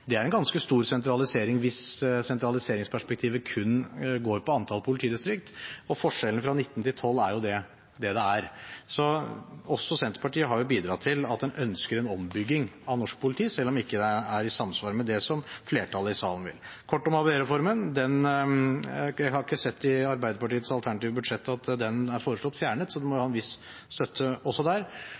Det er en ganske stor sentralisering, hvis sentraliseringsperspektivet kun går på antall politidistrikt. Forskjellen fra 19 til 12 er det den er. Så også Senterpartiet har bidratt til ønsket om en ombygging av norsk politi, selv om det ikke er i samsvar med det som flertallet i salen vil. Kort om ABE-reformen: Jeg har ikke sett i Arbeiderpartiets alternative budsjett at den er foreslått fjernet, så det må ha en viss støtte også der.